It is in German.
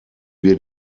wir